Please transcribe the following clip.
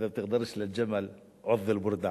אִדַ'א בְּתִקְדַרְש לִלְגַ'מַל עֻצְ' אל-בַּרְדַעַה,